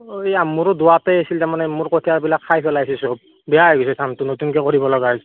অ এয়া মোৰো হৈছে তাৰমানে মোৰ কঠীয়াবিলাক খাই পেলাইছে সব বেয়া হৈ গৈছে ধানটো নতুনকৈ কৰিব লগা হৈছে